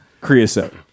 creosote